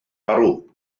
arw